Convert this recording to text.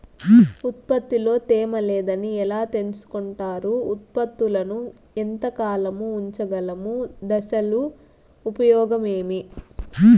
ఉత్పత్తి లో తేమ లేదని ఎలా తెలుసుకొంటారు ఉత్పత్తులను ఎంత కాలము ఉంచగలము దశలు ఉపయోగం ఏమి?